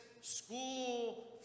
school